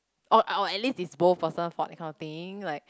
or or at least it's both person fault that kind of thing like